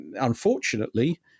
unfortunately